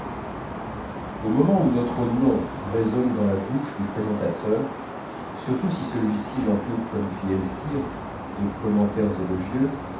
au moment où notre nom résonne dans la bouche du présentateur surtout si celui-ci l'entoure comme fit elstir de commentaires élogieux